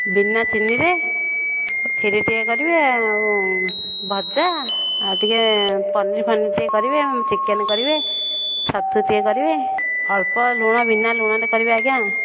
ବିନା ଚିନିରେ ଖିରୀ ଟିକେ କରିବେ ଆଉ ଭଜା ଆଉ ଟିକେ ପନିର୍ ଫନିର୍ ଟିକେ କରିବେ ଚିକେନ କରିବେ ଛତୁ ଟିକେ କରିବେ ଅଳ୍ପ ଲୁଣ ବିନା ଲୁଣରେ କରିବେ ଆଜ୍ଞା